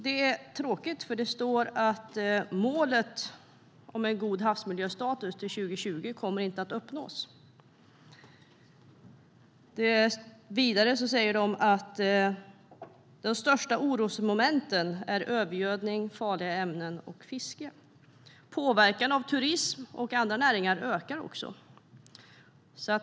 Det är tråkigt, för det står att målet om en god havsmiljöstatus till 2020 inte kommer att uppnås. Vidare sägs att de största orosmomenten är övergödning, farliga ämnen och fiske. Påverkan av turism och andra näringar ökar också.